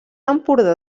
empordà